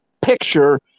picture